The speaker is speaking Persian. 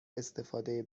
استفاده